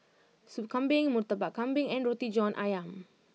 Sop Kambing Murtabak Kambing and Roti John Ayam